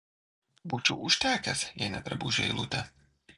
būčiau užtekęs jei ne drabužių eilutė